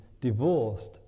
divorced